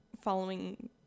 following